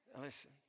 listen